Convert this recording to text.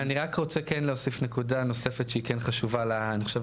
אני רק רוצה להוסיף נקודה נוספת שהיא כן חשובה לנו,